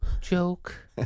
joke